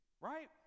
right